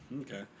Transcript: Okay